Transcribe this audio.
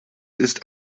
ist